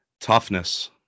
Toughness